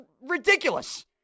ridiculous